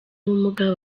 ubumuga